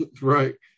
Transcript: Right